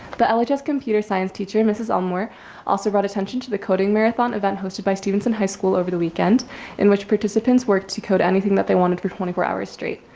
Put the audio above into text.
biologists computer science teacher mrs. elmore also brought attention to the coding marathon event hosted by students in high school over the weekend in which participants work to code anything that they wanted for twenty four hours straight.